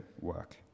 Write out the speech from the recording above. work